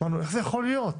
אמרנו: איך זה יכול להיות?